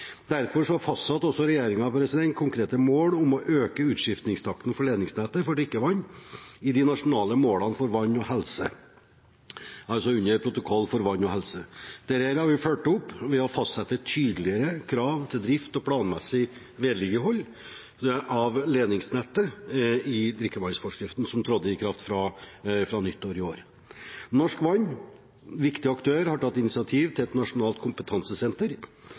Derfor fastsatte regjeringen konkrete mål om å øke utskiftingstakten for ledningsnettet for drikkevann i de nasjonale målene under protokoll om vann og helse. Dette har vi fulgt opp ved å fastsette tydeligere krav til drift og planmessig vedlikehold av ledningsnettet i drikkevannsforskriften som trådte i kraft fra nyttår i år. Norsk Vann, en viktig aktør, har tatt initiativ til et nasjonalt kompetansesenter